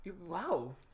Wow